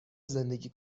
زندگی